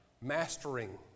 mastering